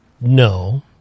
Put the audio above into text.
No